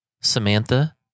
Samantha